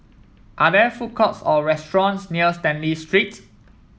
are there food courts or restaurants near Stanley Street